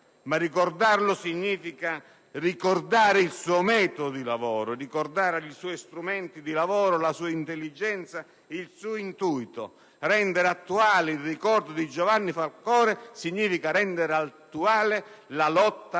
ma ricordarlo significa ricordare il suo metodo e i suoi strumenti di lavoro, la sua intelligenza, il suo intuito. Rendere attuale il ricordo di Giovanni Falcone significa rendere attuale la lotta alla